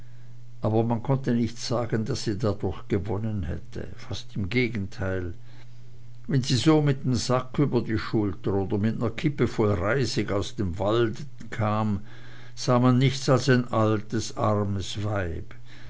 aber man konnte nicht sagen daß sie dadurch gewonnen hätte fast im gegenteil wenn sie so mit nem sack über die schulter oder mit ner kiepe voll reisig aus dem walde kam sah man nichts als ein altes armes weib